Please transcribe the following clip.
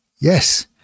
Yes